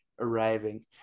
arriving